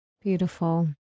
Beautiful